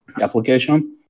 application